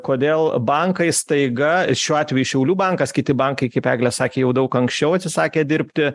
kodėl bankai staiga šiuo atveju šiaulių bankas kiti bankai kaip eglė sakė jau daug anksčiau atsisakė dirbti